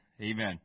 Amen